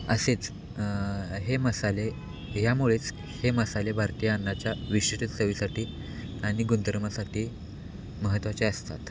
असेच हे मसाले यामुळेच हे मसाले भारतीय अन्नाच्या विशिष्ट चविसाठी आणि गुणधर्मासाठी महत्त्वाचे असतात